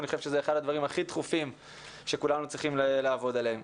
אני חושב שזה אחד הדברים הכי דחופים שכולנו צריכים לעבוד עליהם.